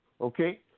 okay